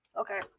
Okay